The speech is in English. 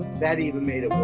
that even made it worse.